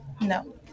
No